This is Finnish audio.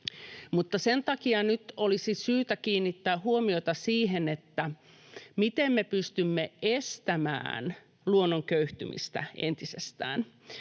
Sen takia nyt olisi syytä kiinnittää huomiota siihen, miten me pystymme estämään luonnon köyhtymistä entisestään,